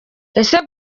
ese